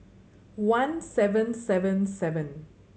one seven seven seven